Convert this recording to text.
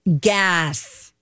gas